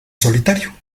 solitario